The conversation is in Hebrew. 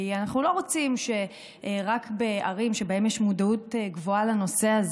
כי אנחנו לא רוצים שרק בערים שבהן יש מודעות גבוהה לנושא,